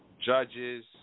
Judges